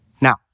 Now